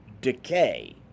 decay